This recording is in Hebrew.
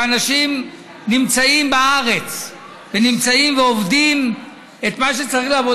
שאנשים נמצאים בארץ ועובדים את מה שצריך לעבוד.